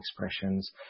expressions